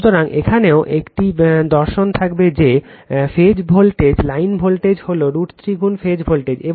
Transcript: সুতরাং এখানেও একই দর্শন থাকবে যে ফেজ ভোল্টেজ লাইন ভোল্টেজ হল √ 3 গুণ ফেজ ভোল্টেজ